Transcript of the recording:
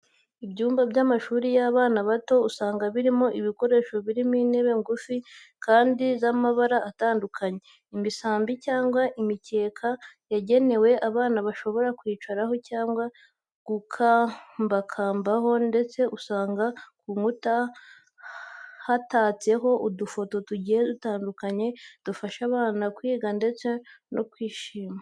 Ibyumba by'amashuri y'abana bato usanga birimo ibikoresho birimo intebe ngufi kandi z'amabara atandukanye, imisambi cyangwa imikeka yagenewe abana bashobora kwicaraho cyangwa gukambakambaho ndetse usanga ku nkuta hatatseho udufoto tugiye dutandukanye dufasha abana kwiga ndetse no kwishima.